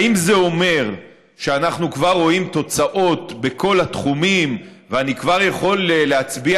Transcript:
האם זה אומר שאנחנו כבר רואים תוצאות בכל התחומים ואני כבר יכול להצביע